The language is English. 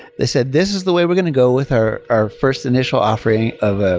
they said, this is the way we're going to go with our our first initial offering of ah